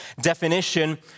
definition